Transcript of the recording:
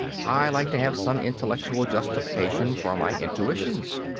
i like to have some intellectual justification for my intuitions.